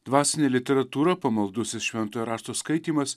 dvasinė literatūra pamaldusis šventojo rašto skaitymas